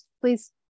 please